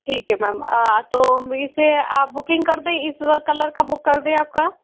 ठीक है मैम तो इसे बुकिंग कर दें इस कलर का बुक कर दें आपका